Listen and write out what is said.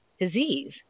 disease